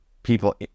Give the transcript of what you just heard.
people